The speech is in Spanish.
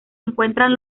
encuentran